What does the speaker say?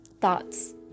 thoughts